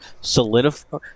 solidify